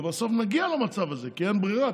ובסוף נגיע למצב הזה כי אין ברירה,